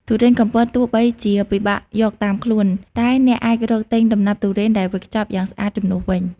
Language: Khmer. ធុរេនកំពតទោះបីជាពិបាកយកតាមខ្លួន តែអ្នកអាចរកទិញដំណាប់ធុរេនដែលវេចខ្ចប់យ៉ាងស្អាតជំនួសវិញ។